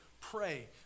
pray